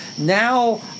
Now